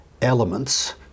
elements